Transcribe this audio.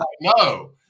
no